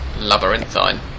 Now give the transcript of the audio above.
labyrinthine